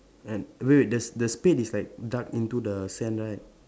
and wait wait the the spade is like dugged into the sand right